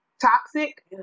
toxic